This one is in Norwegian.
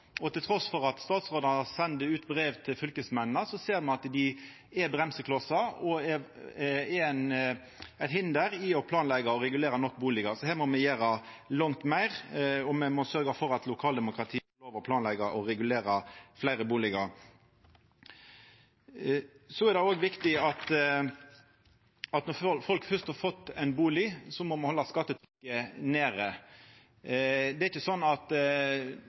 at statsrådane sender ut brev til fylkesmennene, ser me at dei er bremseklossar og eit hinder for å planleggja og regulera nok bustader. Her må me gjera langt meir, og me må sørgja for at lokaldemokratiet får lov til å planleggja og regulera fleire bustader. Det er òg viktig at når folk først har fått ein bustad, må me halda skattetrykket nede. Det er ikkje sånn at